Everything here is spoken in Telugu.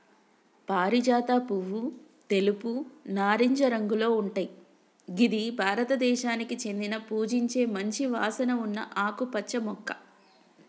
పారిజాత పువ్వు తెలుపు, నారింజ రంగులో ఉంటయ్ గిది భారతదేశానికి చెందిన పూజించే మంచి వాసన ఉన్న ఆకుపచ్చ మొక్క